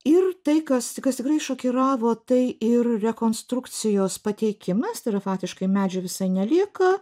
ir tai kas kas tikrai šokiravo tai ir rekonstrukcijos pateikimas tai yra faktiškai medžių visai nelieka